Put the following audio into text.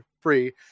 free